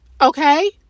Okay